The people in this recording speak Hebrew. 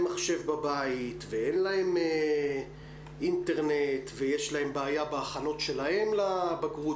מחשב בבית ואין להם אינטרנט ויש להם בעיה בהכנות שלהם לבגרות,